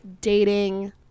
dating